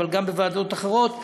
אבל גם בוועדות אחרות,